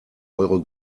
eure